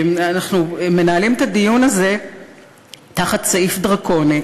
אנחנו מנהלים את הדיון הזה תחת סעיף דרקוני,